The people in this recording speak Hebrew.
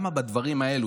את הדברים האלה,